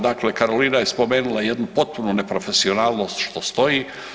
Dakle, Karolina je spomenula jednu potpunu neprofesionalnost što stoji.